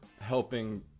helping